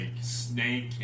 Snake